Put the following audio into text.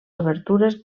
obertures